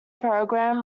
program